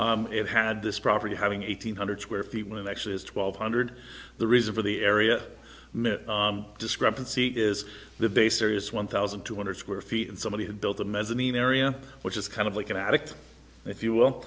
sure it had this property having eight hundred square feet when actually is twelve hundred the reason for the area mit discrepancy is the base there is one thousand two hundred square feet and somebody had built a mezzanine area which is kind of like an addict if you will